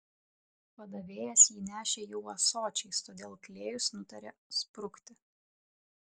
padavėjas jį nešė jau ąsočiais todėl klėjus nutarė sprukti